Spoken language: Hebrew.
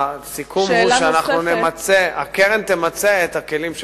והסיכום הוא שהקרן תמצה את הכלים שברשותה.